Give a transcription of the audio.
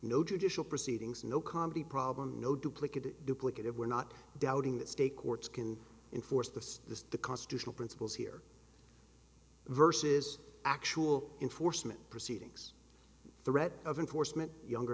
no judicial proceedings no comedy problem no duplicative duplicative we're not doubting that state courts can enforce the the constitutional principles here versus actual enforcement proceedings threat of enforcement younger